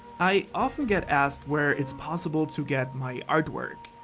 i often get asked where it's possible to get my artwork.